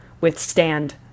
withstand